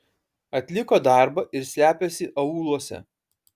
atliko darbą ir slepiasi aūluose